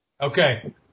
Okay